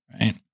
Right